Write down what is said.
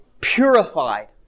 purified